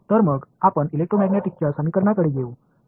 तर मग आपण इलेक्ट्रोमॅग्नेटिक्सच्या समीकरणांकडे येऊ